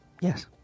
Yes